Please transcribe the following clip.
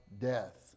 death